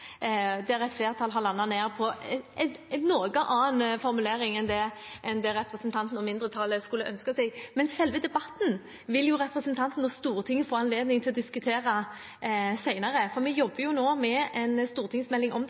der et flertall har landet på en noe annen formulering enn det representanten Aasland og mindretallet hadde ønsket seg. Men når det gjelder selve debatten, vil representanten og Stortinget få anledning til å diskutere senere, for vi jobber nå med en stortingsmelding om dette. Det